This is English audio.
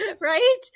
Right